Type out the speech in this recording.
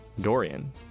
Dorian